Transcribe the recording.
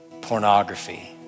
pornography